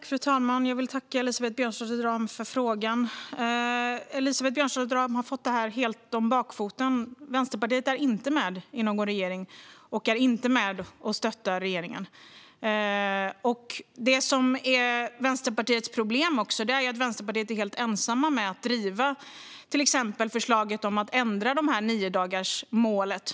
Fru talman! Jag vill tacka Elisabeth Björnsdotter Rahm för frågan. Elisabeth Björnsdotter Rahm har fått detta helt om bakfoten. Vänsterpartiet är inte med i någon regering och är inte med och stöttar regeringen. Det som är Vänsterpartiets problem är att Vänsterpartiet är helt ensamt om att driva till exempel förslaget om att ändra det här niodagarsmålet.